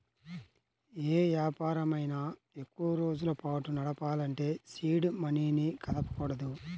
యే వ్యాపారమైనా ఎక్కువరోజుల పాటు నడపాలంటే సీడ్ మనీని కదపకూడదు